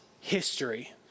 history